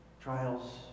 trials